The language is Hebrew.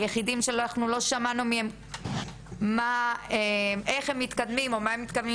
היחידים שאנחנו לא שמענו מהם איך הם מתקדמים או מה הם מתכוונים